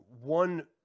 one